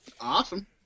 Awesome